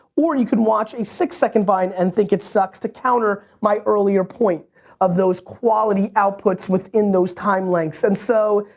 or you can watch a six-second vine and think it sucks to counter my earlier point of those quality outputs within those time lengths. and so,